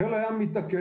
חיל הים מתעקש